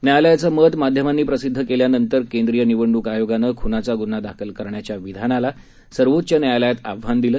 न्यायालयाचं मत माध्यमांनी प्रसिद्ध केल्यानंतर केंद्रीय निवडणूक आयोगानं खूनाचा गुन्हा दाखल करण्याच्या विधानाला सर्वोच्च न्यायालयात आव्हान दिलं